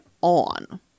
on